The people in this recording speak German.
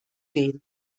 gehen